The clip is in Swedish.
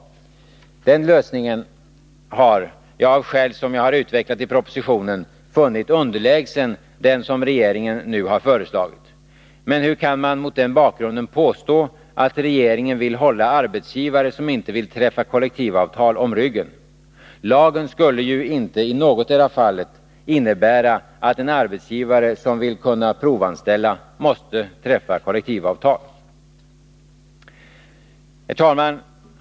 Den lösningen har jag, av skäl som jag har utvecklat i propositionen, funnit underlägsen den som regeringen nu har föreslagit. Men hur kan man mot den bakgrunden påstå att regeringen vill hålla arbetsgivare som inte vill träffa kollektivavtal om ryggen? Lagen skulle ju inte i någotdera fallet innebära att en arbetsgivare som vill kunna provanställa måste träffa kollektivavtal. Herr talman!